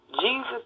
Jesus